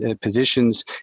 positions